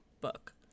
book